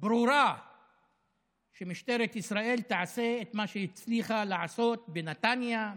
ברורה שמשטרת ישראל תעשה את מה שהיא הצליחה לעשות בנתניה,